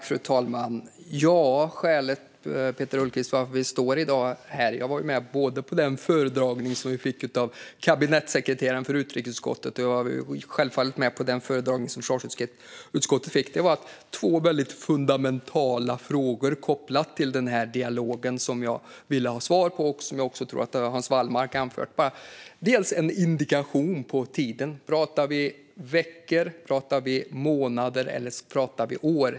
Fru talman! Skälet till att vi står här i dag, Peter Hultqvist, är att jag var med både på den föredragning som vi i utrikesutskottet fick av kabinettssekreteraren och på den föredragning som försvarsutskottet fick, och det är två väldigt fundamentala frågor kopplade till den här dialogen som jag vill ha svar på och som jag tror att också Hans Wallmark anförde att han vill ha svar på. För det första vill jag ha en indikation om tiden. Pratar vi om veckor, månader eller år?